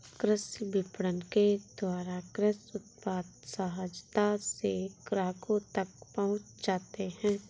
कृषि विपणन के द्वारा कृषि उत्पाद सहजता से ग्राहकों तक पहुंच जाते हैं